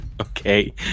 Okay